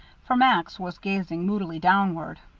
for max was gazing moodily downward.